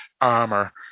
armor